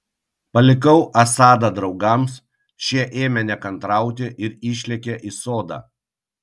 palikau asadą draugams šie ėmė nekantrauti ir išlėkė į sodą